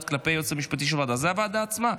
כלפי הייעוץ המשפטי של הוועדה זה הוועדה עצמה.